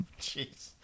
Jeez